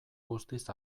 guztiz